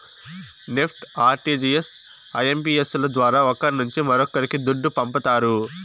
NEFT, RTGS, IMPS ల ద్వారా ఒకరి నుంచి మరొక్కరికి దుడ్డు పంపతారు